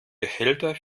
behälter